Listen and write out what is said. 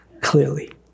clearly